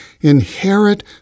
inherit